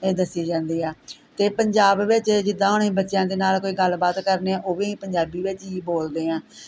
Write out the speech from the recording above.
ਦੱਸੀ ਜਾਂਦੀ ਆ ਅਤੇ ਪੰਜਾਬ ਵਿੱਚ ਜਿੱਦਾਂ ਹੁਣ ਅਸੀਂ ਬੱਚਿਆਂ ਦੇ ਨਾਲ ਕੋਈ ਗੱਲਬਾਤ ਕਰਨੀ ਉਹ ਵੀ ਪੰਜਾਬੀ ਵਿੱਚ ਹੀ ਬੋਲਦੇ ਹਾਂ